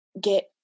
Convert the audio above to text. get